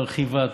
מרחיבה,